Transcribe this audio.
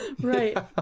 Right